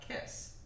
Kiss